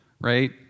right